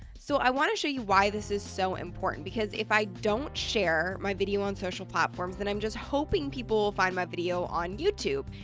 so i want to show you why this is so important, because if i don't share my video on social platforms, then i'm just hoping people will find my video on youtube.